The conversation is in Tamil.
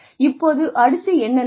இப்போது அடுத்து என்ன நடக்கும்